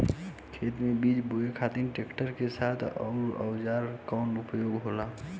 खेत में बीज बोए खातिर ट्रैक्टर के साथ कउना औजार क उपयोग होला?